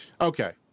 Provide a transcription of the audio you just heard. Okay